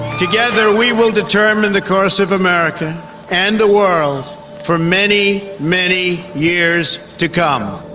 together we will determine and the course of america and the world for many, many years to come.